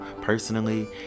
personally